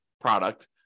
product